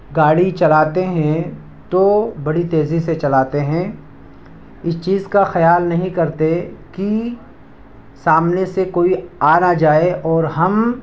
گاڑی چلاتے ہیں تو بڑی تیزی سے چلاتے ہیں اس چیز کا خیال نہیں کرتے کہ سامنے سے کوئی آ نہ جائے اور ہم